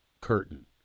curtain